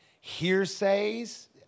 hearsays